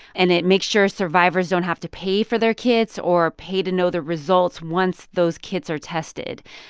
and it makes sure survivors don't have to pay for their kits or pay to know the results once those kids are tested.